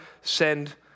send